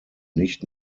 nicht